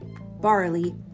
Barley